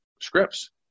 scripts